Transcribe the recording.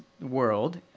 world